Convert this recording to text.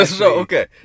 okay